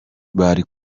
bari